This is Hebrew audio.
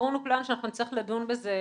ברור לכולנו שנצטרך לדון בזה